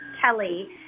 Kelly